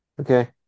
Okay